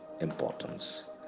importance